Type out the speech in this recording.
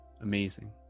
amazing